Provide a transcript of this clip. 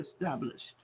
established